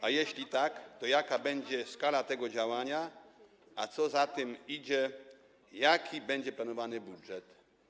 A jeśli tak, to jaka będzie skala tego działania, a co za tym idzie, jaki będzie planowany budżet?